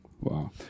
wow